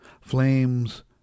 flames